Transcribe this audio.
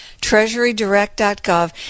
treasurydirect.gov